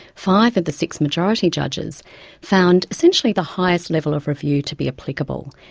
five of the six majority judges found, essentially, the highest level of review to be applicable.